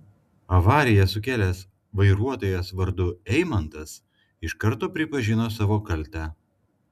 avariją sukėlęs vairuotojas vardu eimantas iš karto pripažino savo kaltę